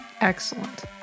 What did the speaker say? Excellent